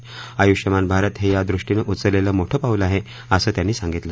आयूष्यमान भारत हे या दृष्टीनं उचलेलं मोठं पाऊल आहे असं त्यांनी सांगितलं